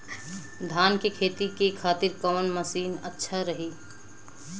धान के खेती के खातिर कवन मशीन अच्छा रही?